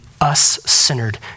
us-centered